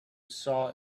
saw